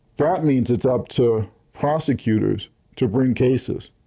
that means it's up to prosecutors to bring cases.